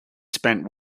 spent